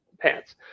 pants